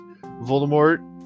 Voldemort